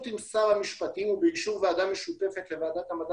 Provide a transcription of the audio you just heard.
עם שר המשפטים ובאישור ועדה משותפת לוועדת המדע